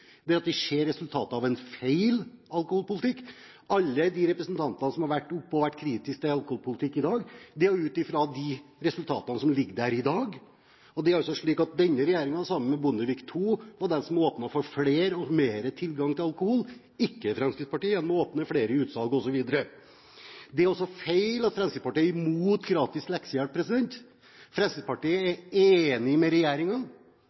ser resultatet av en feil alkoholpolitikk. Alle de representanter som har vært på talerstolen og vært kritiske til alkoholpolitikken i dag, har vært det ut fra de resultatene som ligger der i dag. Det er slik at denne regjeringen sammen med Bondevik II-regjeringen er de som har åpnet for mer tilgang på alkohol, ved å åpne flere utsalg osv., ikke Fremskrittspartiet. Det er også feil at Fremskrittspartiet er imot gratis leksehjelp. Fremskrittspartiet er enig med